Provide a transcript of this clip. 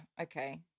okay